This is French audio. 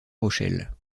rochelle